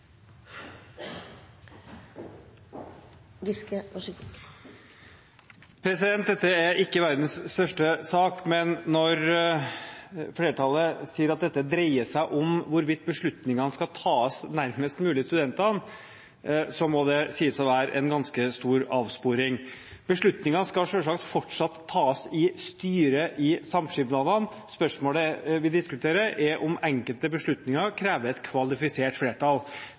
ikke verdens største sak, men når flertallet sier at dette dreier seg om hvorvidt beslutningene skal tas nærmest mulig studentene, må det sies å være en ganske stor avsporing. Beslutningene skal selvsagt fortsatt tas i styret i samskipnadene. Spørsmålet vi diskuterer, er om enkelte beslutninger krever et kvalifisert flertall.